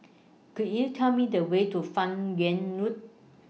Could YOU Tell Me The Way to fan Yoong Road